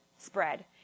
spread